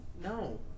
No